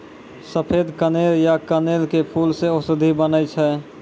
सफेद कनेर या कनेल के फूल सॅ औषधि बनै छै